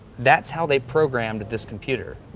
that's how they programmed this computer.